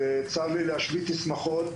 צר לי להשבית שמחות.